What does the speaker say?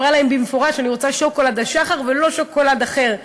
היא אמרה להם במפורש: אני רוצה שוקולד "השחר" ולא שוקולד אחר.